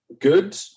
good